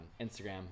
Instagram